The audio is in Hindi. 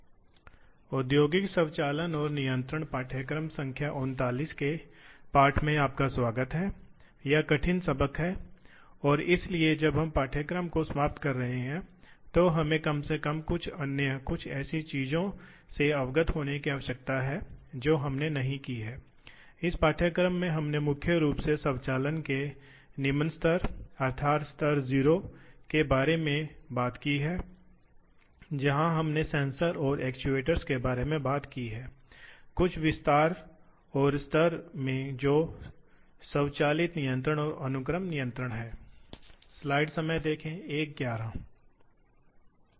यहाँ पर नजर डालते हैं इस पाठ के अनुदेशात्मक उद्देश्य इसलिए पाठ को सीखने के बाद छात्र को सीएनसी मशीन की मुख्य विशेषताओं का वर्णन करने में सक्षम होना चाहिए जो इसे बनाता है इसके मुख्य लाभों का वर्णन करें कि हमें इन मशीनों को खरीदने के लिए पैसा क्यों खर्च करना चाहिए वे बहुत महंगे हैं व्याख्या करें भाग प्रोग्रामिंग की मुख्य विशेषताएं क्योंकि ये मशीनें स्वचालित हैं उन्हें प्रोग्राम किया जा सकता है इसलिए कार्यक्रमों को भाग कार्यक्रम कहा जाता है